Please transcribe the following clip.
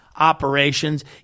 operations